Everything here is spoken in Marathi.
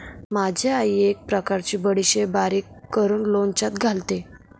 माझी आई एक प्रकारची बडीशेप बारीक करून लोणच्यात घालते